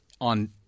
On